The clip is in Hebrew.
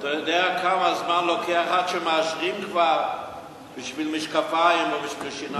אתה יודע כמה זמן לוקח עד שכבר מאשרים בשביל משקפיים או בשביל שיניים?